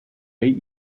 eight